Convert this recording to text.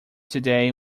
today